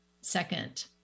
second